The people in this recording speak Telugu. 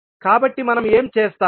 కాబట్టి మనం ఏమి చేస్తాము